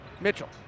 Mitchell